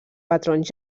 patrons